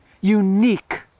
unique